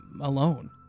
alone